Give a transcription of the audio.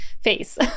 face